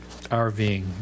RVing